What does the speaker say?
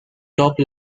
top